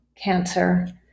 cancer